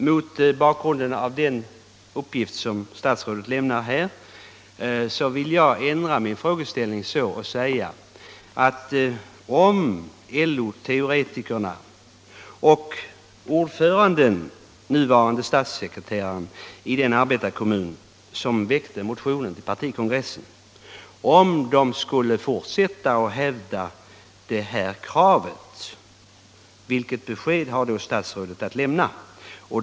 Mot bakgrunden av den uppgift som statsrådet lämnat vill jag ändra min frågeställning och säga så här: Om LO-teoretikerna och ordföranden, nuvarande statssekreteraren, i den arbetarkommun som väckte motionen till partikongressen skulle fortsätta att hävda det här kravet, vilket besked har då statsrådet att lämna?